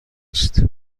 است